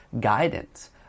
guidance